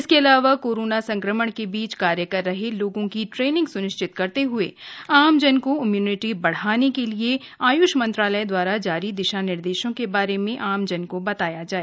इसके अलावा कोरोना संक्रमण के बीच कार्य कर रहे लोगों की की ट्रेनिंग सुनिश्चित करते हुए आमजन को इम्यूनिटी बढाने के लिए आयुष मंत्रालय द्वारा जारी दिशानिर्देशों के बारे में आमजन बताया जाए